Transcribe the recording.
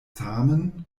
tamen